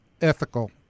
ethical